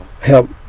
help